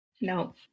no